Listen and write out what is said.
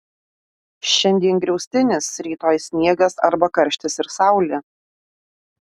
šiandien griaustinis rytoj sniegas arba karštis ir saulė